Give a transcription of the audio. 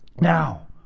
Now